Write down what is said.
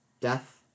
Death